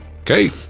Okay